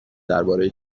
درباره